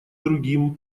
другим